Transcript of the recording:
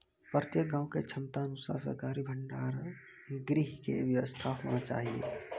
प्रत्येक गाँव के क्षमता अनुसार सरकारी भंडार गृह के व्यवस्था होना चाहिए?